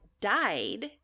died